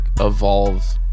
evolve